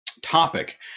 topic